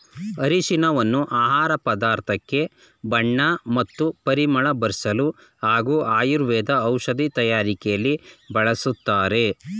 ಅರಿಶಿನವನ್ನು ಆಹಾರ ಪದಾರ್ಥಕ್ಕೆ ಬಣ್ಣ ಮತ್ತು ಪರಿಮಳ ಬರ್ಸಲು ಹಾಗೂ ಆಯುರ್ವೇದ ಔಷಧಿ ತಯಾರಕೆಲಿ ಬಳಸ್ತಾರೆ